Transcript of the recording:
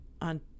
on